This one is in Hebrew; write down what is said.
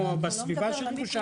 בירושלים, או בסביבה של ירושלים.